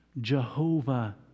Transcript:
Jehovah